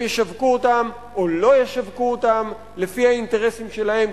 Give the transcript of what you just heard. ישווקו אותן או לא ישווקו אותן לפי האינטרסים שלהם,